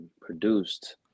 produced